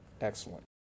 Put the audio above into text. Excellent